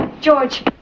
George